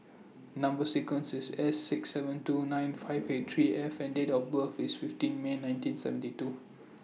Number sequence IS S six seven two nine five eight three F and Date of birth IS fifteen May nineteen seventy two